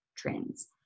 trends